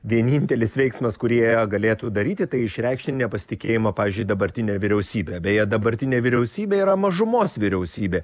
vienintelis veiksmas kurį jie galėtų daryti tai išreikšti nepasitikėjimą pavyzdžiui dabartine vyriausybe beje dabartinė vyriausybė yra mažumos vyriausybė